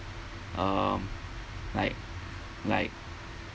um like like